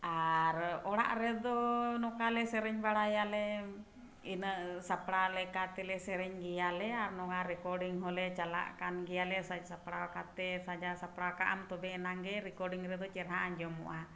ᱟᱨ ᱚᱲᱟᱜ ᱨᱮᱫᱚ ᱱᱚᱝᱠᱟᱞᱮ ᱥᱮᱨᱮᱧ ᱵᱟᱲᱟᱭᱟ ᱞᱮ ᱤᱱᱟᱹᱜ ᱥᱟᱯᱲᱟᱣ ᱞᱮᱠᱟᱛᱮᱞᱮ ᱥᱮᱨᱮᱧ ᱜᱮᱭᱟᱞᱮ ᱟᱨ ᱱᱚᱣᱟ ᱨᱮᱠᱚᱨᱰᱤᱝ ᱦᱚᱸᱞᱮ ᱪᱟᱞᱟᱜ ᱠᱟᱱ ᱜᱮᱭᱟᱞᱮ ᱥᱟᱡᱽ ᱥᱟᱯᱲᱟᱣ ᱠᱟᱛᱮᱫ ᱥᱟᱡᱟᱣ ᱥᱟᱯᱲᱟᱣ ᱠᱟᱜ ᱟᱢ ᱛᱚᱵᱮ ᱮᱱᱟᱝ ᱜᱮ ᱨᱮᱠᱚᱨᱰᱤᱝ ᱨᱮᱫᱚ ᱪᱮᱦᱨᱟ ᱟᱸᱡᱚᱢᱚᱜᱼᱟ